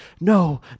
no